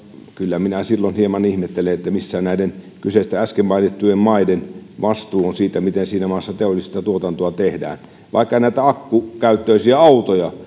kyllä minä silloin hieman ihmettelen missä näiden kyseisten äsken mainittujen maiden vastuu on siitä miten siinä maassa teollista tuotantoa tehdään vaikkapa näiden akkukäyttöisten autojen